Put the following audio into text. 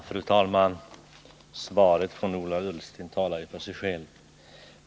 Fru talman! Ola Ullstens svar talar ju för sig självt.